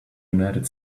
united